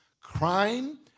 crime